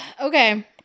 okay